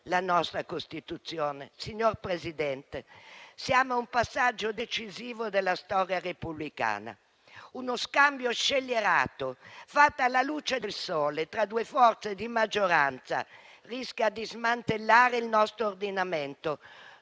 la nostra Costituzione. Signor Presidente, siamo a un passaggio decisivo della storia repubblicana. Uno scambio scellerato, fatto alla luce del sole, tra due forze di maggioranza rischia di smantellare il nostro ordinamento.